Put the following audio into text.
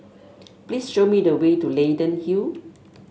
please show me the way to Leyden Hill